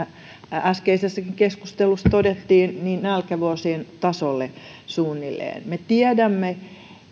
äskeisessäkin keskustelussa todettiin että nälkävuosien tasolle suunnilleen me tiedämme